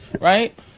Right